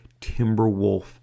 Timberwolf